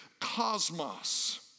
cosmos